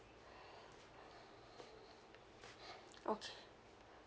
okay